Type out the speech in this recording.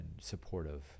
supportive